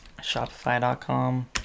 Shopify.com